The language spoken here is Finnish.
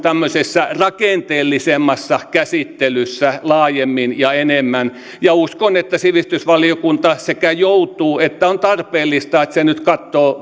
tämmöisessä rakenteellisemmassa käsittelyssä laajemmin ja enemmän uskon että sivistysvaliokunta joutuu katsomaan ja on tarpeellista että se nyt katsoo